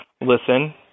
listen